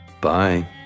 Bye